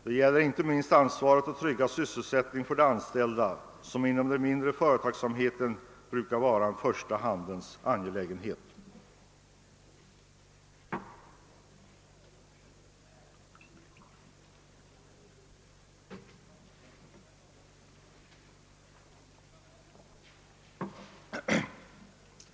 Inte minst tungt är ansvaret att trygga sysselsättningen för de anställda som inom: den mindre företagsamheten brukar vara en första rangens angelägenhet.